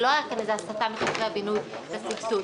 הייתה תכנית כלכלית 922 שלא הייתה בבסיס התקציב.